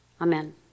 Amen